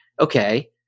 okay